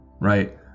Right